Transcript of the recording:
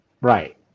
Right